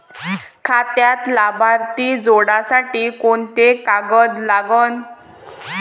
खात्यात लाभार्थी जोडासाठी कोंते कागद लागन?